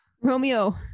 Romeo